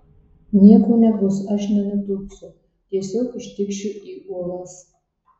nieko nebus aš nenutūpsiu tiesiog ištikšiu į uolas